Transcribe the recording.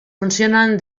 funcionen